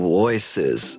voices